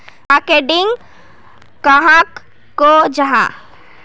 Marketing कहाक को जाहा?